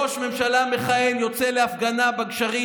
כשראש ממשלה מכהן יוצא להפגנה בגשרים,